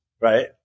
right